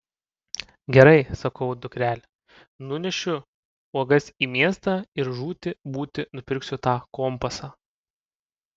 gerai sakau dukrele nunešiu uogas į miestą ir žūti būti nupirksiu tą kompasą